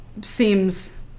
seems